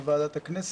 בוועדת הכנסת?